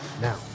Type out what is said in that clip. now